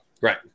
Right